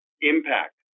impact